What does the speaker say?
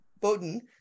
Bowden